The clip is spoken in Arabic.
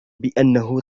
بأنه